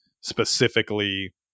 specifically